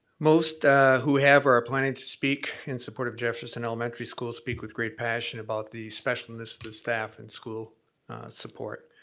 most who have or are planning to speak in support of jefferson elementary school speak with great passion about the specialness the staff and school support.